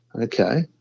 Okay